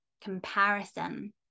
comparison